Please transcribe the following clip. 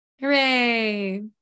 Hooray